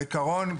בעיקרון,